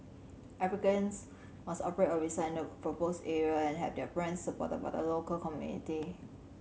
applicants must operate or reside in the proposed area and have their plans supported by the local community